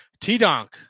T-Donk